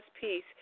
peace